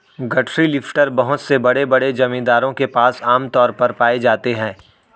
गठरी लिफ्टर बहुत से बड़े बड़े जमींदारों के पास आम तौर पर पाए जाते है